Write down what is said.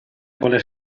quale